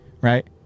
Right